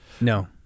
No